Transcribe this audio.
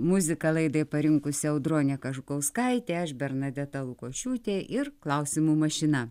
muziką laidai parinkusi audronė kažukauskaitė aš bernadeta lukošiūtė ir klausimų mašina